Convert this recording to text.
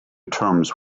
terms